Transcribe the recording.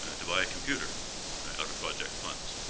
and to buy a computer out of project funds.